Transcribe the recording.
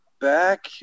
back